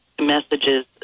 messages